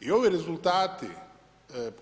I ovi rezultati